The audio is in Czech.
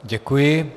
Děkuji.